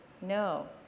No